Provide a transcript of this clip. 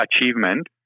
achievement